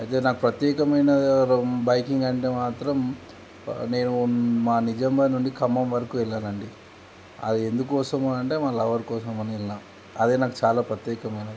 అయితే నాకు ప్రత్యేకమైన బైకింగ్ అంటే మాత్రం నేను మా నిజామాబాద్ నుండి ఖమ్మం వరకు వెళ్ళాను అండి అది ఎందుకోసము అంటే మా లవర్ కోసం అని వెళ్ళిన అదే నాకు చాలా ప్రత్యేకమైనది